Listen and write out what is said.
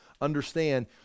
understand